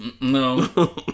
no